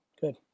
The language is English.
Good